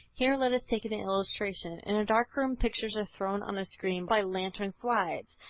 here let us take an illustration in a dark room pictures are thrown on a screen by lantern-slides.